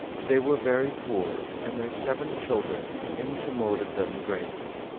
they were very poor, and their seven children incommoded them greatly,